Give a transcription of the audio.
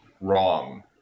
wrong